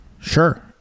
Sure